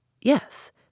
Yes